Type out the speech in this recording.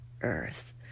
earth